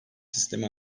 sistemi